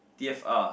t_f_r